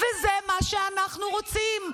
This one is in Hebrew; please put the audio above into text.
וזה מה שאנחנו רוצים.